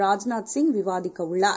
ராஜ்நாத்சிங்விவாதிக்கவுள்ளார்